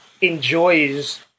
Enjoys